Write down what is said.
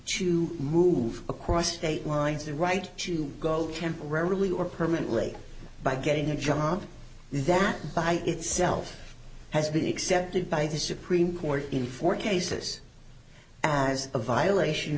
to move across state lines the right to go temporarily or permanently by getting a job that by itself has been accepted by the supreme court in four cases as a violation